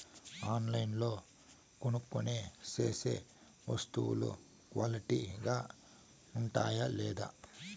ఆన్లైన్లో కొనుక్కొనే సేసే వస్తువులు క్వాలిటీ గా ఉండాయా లేదా?